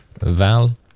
Val